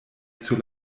sur